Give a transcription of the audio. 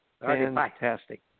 Fantastic